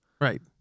Right